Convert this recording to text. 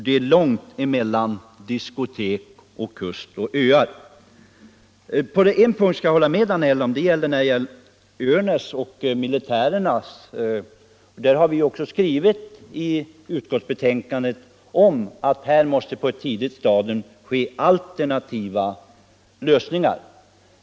Det är långt mellan diskotek och kust och öar! På en punkt skall jag hålla med herr Danell, nämligen i fråga om Örnäs och militärerna. I betänkandet har vi också skrivit att det redan på ett tidigt stadium krävs alternativa lösningar.